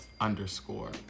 underscore